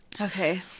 okay